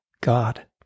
God